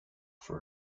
for